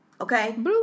Okay